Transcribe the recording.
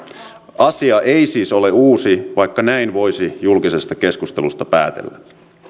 asia ei siis ole uusi vaikka näin voisi julkisesta keskustelusta päätellä